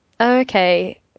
okay